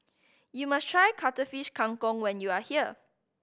you must try Cuttlefish Kang Kong when you are here